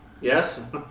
Yes